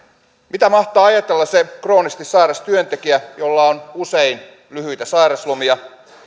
mitä mahtaa ajatella se kroonisesti sairas työntekijä jolla on usein lyhyitä sairauslomia jos otetaan